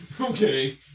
Okay